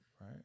right